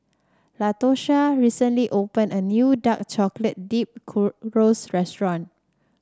Latosha recently opened a new Dark Chocolate Dip Churros restaurant